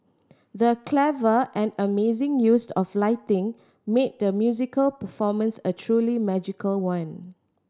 the clever and amazing used of lighting made the musical performance a truly magical one